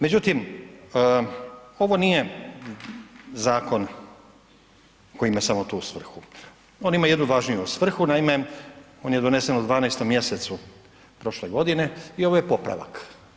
Međutim, ovo nije zakon koji ima samo tu svrhu, on ima jednu važniju svrhu, naime, on je donesen u 12. mjesecu prošle godine i ovo je popravak.